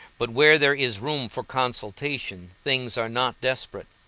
but where there is room for consultation things are not desperate.